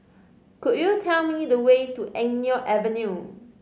could you tell me the way to Eng Neo Avenue